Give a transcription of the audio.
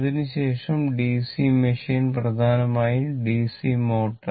അതിനു ശേഷം DC machine പ്രധാനമായും ഡിസി മോട്ടോർ